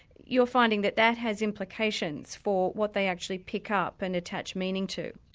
you're finding that that has implications for what they actually pick up and attach meaning to.